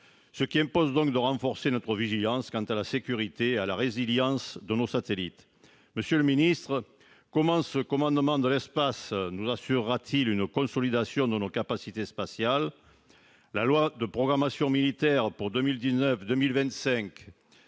Cela impose de renforcer notre vigilance quant à la sécurité et à la résilience de nos satellites. Monsieur le ministre, comment ce commandement de l'espace assurera-t-il la consolidation de nos capacités spatiales ? La loi de programmation militaire pour les